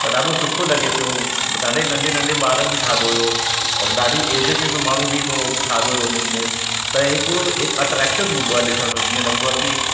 त ॾाढो सुठो लॻे पियो ॾाढे नंढे नंढे ॿारनि बि ठातो हुओ और ॾाढी एज जंहिं जी बि माण्हू बि थोरो ठातो हुओ उन्हनि में त हिक हिकु अट्रैक्शन हूंदो आहे ॾिसण में जीअं लॻंदो आहे कि